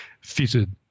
fitted